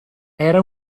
era